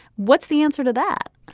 what's the answer to that?